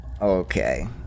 Okay